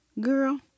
girl